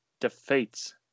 defeats